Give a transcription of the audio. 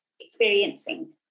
experiencing